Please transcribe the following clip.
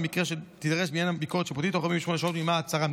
ובמקרה זה תידרש בעניינם ביקורת שיפוטית בתוך 48 שעות ממעצרם.